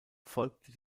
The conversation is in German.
folgte